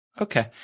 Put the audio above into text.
Okay